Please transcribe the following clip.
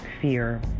fear